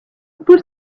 put